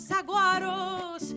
aguaros